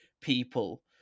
people